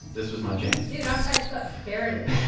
this was my jam dude, i'm five foot barely,